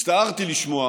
הצטערתי לשמוע